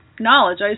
knowledge